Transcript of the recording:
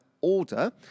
order